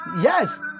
Yes